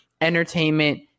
entertainment